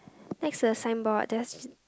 next to the signboard just